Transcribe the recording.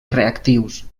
reactius